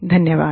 धन्यवाद